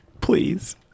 Please